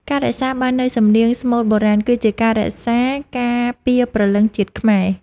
ការរក្សាបាននូវសំនៀងស្មូតបុរាណ គឺជាការរក្សាការពារព្រលឹងជាតិខ្មែរ។